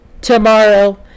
Tomorrow